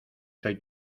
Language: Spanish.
soy